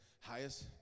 highest